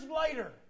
later